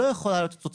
לא יכולה להיות התוצאה.